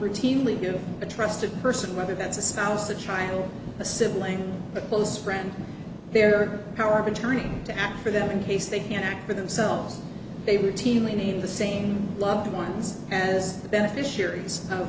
routinely get a trusted person whether that's a spouse a child a sibling a close friend their power of attorney to act for them in case they can't act for themselves they routinely name the same loved ones as the beneficiaries of